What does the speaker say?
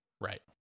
Right